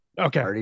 Okay